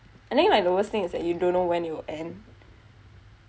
I think like the worse thing is that you don't know when you will end